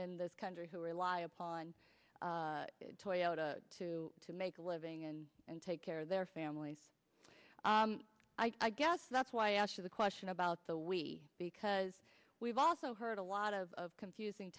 in this country who rely upon toyotas to to make a living and and take care of their families i guess that's why i'm sure the question about the we because we've also heard a lot of confusing